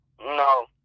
No